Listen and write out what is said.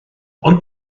ond